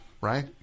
right